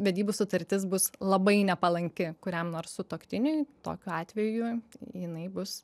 vedybų sutartis bus labai nepalanki kuriam nors sutuoktiniui tokiu atveju jinai bus